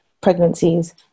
pregnancies